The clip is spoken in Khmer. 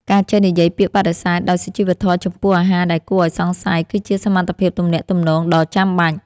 ការចេះនិយាយពាក្យបដិសេធដោយសុជីវធម៌ចំពោះអាហារដែលគួរឱ្យសង្ស័យគឺជាសមត្ថភាពទំនាក់ទំនងដ៏ចាំបាច់។